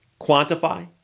quantify